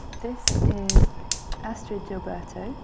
this is astrud gilberto,